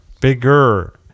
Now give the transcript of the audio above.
Bigger